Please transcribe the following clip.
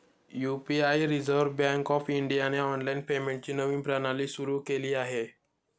UPI reserve bank of इंडियाने online पेमेंटची नवीन प्रणाली सुरू केली आहे